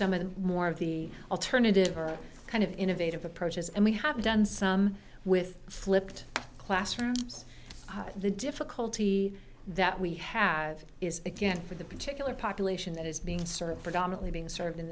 the more of the alternative or kind of innovative approaches and we have done some with flipped classrooms the difficulty that we have is again for the particular population that is being served predominantly being served in